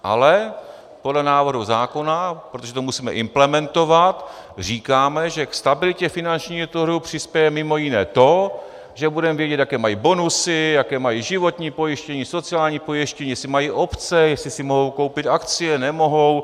Ale podle návrhu zákona, protože to musíme implementovat, říkáme, že k stabilitě finanční přispěje mimo jiné to, že budeme vědět, jaké mají bonusy, jaké mají životní pojištění, sociální pojištění, jestli mají opce, jestli si mohou koupit akcie, nemohou.